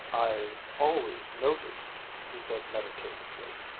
i've always noticed, he said meditatively,